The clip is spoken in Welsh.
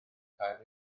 cael